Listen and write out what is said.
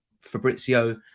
Fabrizio